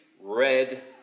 red